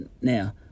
now